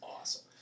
awesome